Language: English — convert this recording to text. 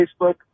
Facebook